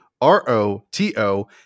R-O-T-O